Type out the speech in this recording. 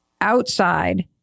outside